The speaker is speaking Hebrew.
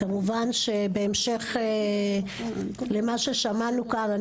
כמובן שבהמשך למה ששמענו כאן,